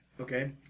Okay